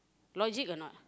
logic or not